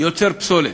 יוצר פסולת,